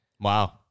wow